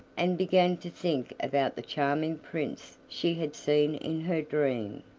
and began to think about the charming prince she had seen in her dream.